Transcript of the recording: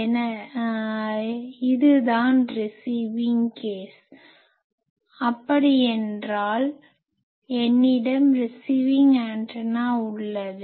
எனவே இதுதான் receiving case case வகை அப்படி என்றால் என்னிடம் ரிசிவிங் அண்டனா உள்ளது